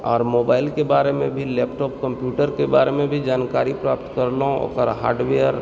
आओर मोबाइलके बारेमे भी लैपटॉप कम्प्युटरके बारेमे भी जानकारी प्राप्त करलहुँ ओकर हार्डवेयर